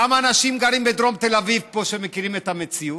כמה אנשים פה גרים בדרום תל אביב ומכירים את המציאות?